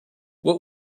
what